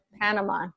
panama